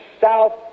south